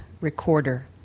recorder